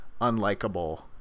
unlikable